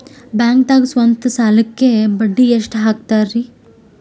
ಬ್ಯಾಂಕ್ದಾಗ ಸ್ವಂತ ಸಾಲಕ್ಕೆ ಬಡ್ಡಿ ಎಷ್ಟ್ ಹಕ್ತಾರಿ?